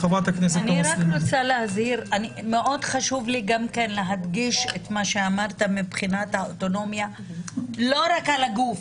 מאוד חשוב לי להדגיש את מה שאמרת מבחינת האוטונומיה לא רק על הגוף,